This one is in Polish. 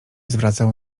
zwracał